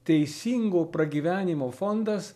teisingo pragyvenimo fondas